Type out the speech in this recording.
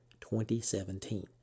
2017